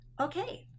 Okay